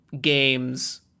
games